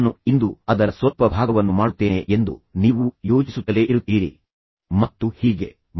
ನಾನು ಇಂದು ಅದರ ಸ್ವಲ್ಪ ಭಾಗವನ್ನು ಮಾಡುತ್ತೇನೆ ಎಂದು ನೀವು ಯೋಚಿಸುತ್ತಲೇ ಇರುತ್ತೀರಿ ಆದರೆ ಮುಂದಿನ ವಾರ ನಾನು ಅದನ್ನು ಇನ್ನೂ ಉಳಿದ ಭಾಗವನ್ನು ಮಾಡಬಹುದು